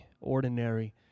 ordinary